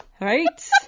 Right